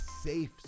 safe